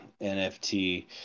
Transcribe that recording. NFT